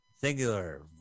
Singular